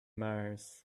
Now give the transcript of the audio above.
mars